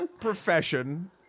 profession